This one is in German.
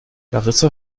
larissa